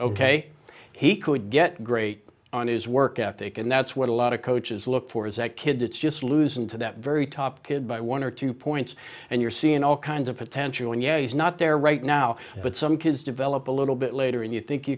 ok he could get great on his work ethic and that's what a lot of coaches look for is that kid it's just losing to that very top kid by one or two points and you're seeing all kinds of potential and yes not there right now but some kids develop a little bit later and you think